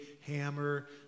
hammer